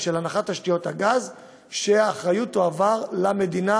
של הנחת תשתיות הגז שהאחריות תועבר למדינה,